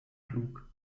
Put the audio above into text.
klug